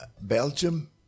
Belgium